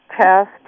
test